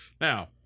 Now